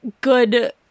good